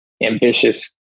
ambitious